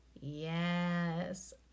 Yes